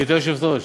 היושבת-ראש,